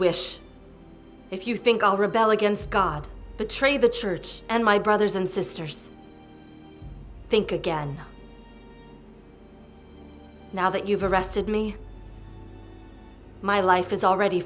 wish if you think i'll rebel against god betray the church and my brothers and sisters think again now that you've arrested me my life is already